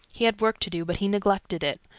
he had work to do, but he neglected it.